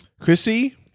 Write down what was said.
Chrissy